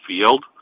field